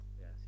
Yes